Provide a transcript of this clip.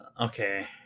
okay